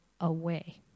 away